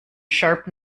sharp